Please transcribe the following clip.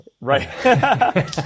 right